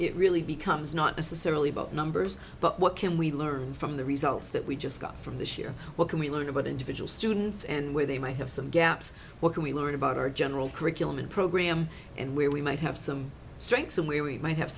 it really becomes not necessarily about numbers but what can we learn from the results that we just got from this year what can we learn about individual students and where they might have some gaps what can we learn about our general curriculum and program and where we might have some strengths and where we might have